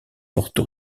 porto